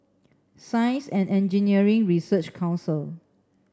Science and Engineering Research Council